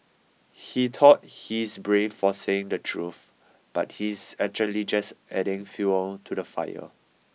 he thought he's brave for saying the truth but he's actually just adding fuel to the fire